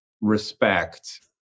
respect